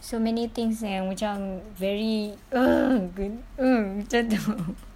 so many things and macam very ugh ugh macam tu